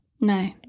No